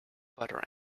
butter